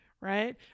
right